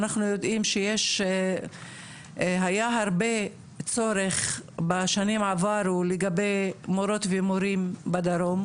אנחנו יודעים שהיה הרבה צורך בשנים עברו לגבי מורות ומורים בדרום,